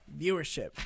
viewership